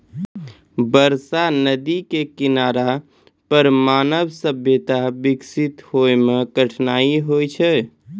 बरसा नदी केरो किनारा पर मानव सभ्यता बिकसित होय म कठिनाई होलो छलै